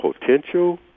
potential